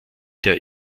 der